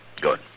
Good